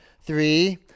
Three